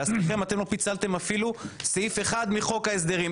להזכירכם אתם לא פיצלתם סעיף אחד מחוק ההסדרים,